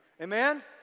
Amen